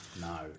No